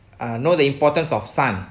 uh know the importance of sun